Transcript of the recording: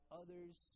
others